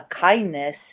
kindness